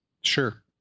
Sure